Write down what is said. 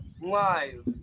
live